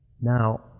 Now